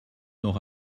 noch